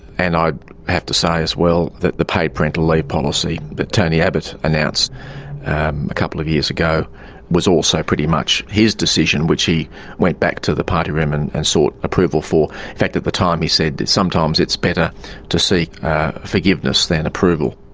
and i have to say as well that the paid parental leave policy that tony abbott announced a couple of years ago was also pretty much his decision which he went back to the party room and and sought approval for. in fact at that time he said sometimes it's better to seek forgiveness than approval.